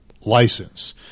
license